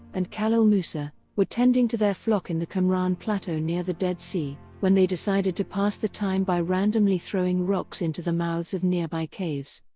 and khalil musa, were tending to their flock in the qumran plateau near the dead sea when they decided to pass the time by randomly throwing rocks into the mouths of nearby caves.